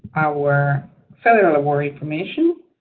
our federal award information,